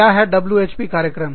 क्या है WHP कार्यक्रम